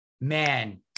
man